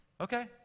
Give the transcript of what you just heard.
Okay